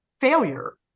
failure